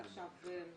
לזה עכשיו.